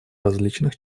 различных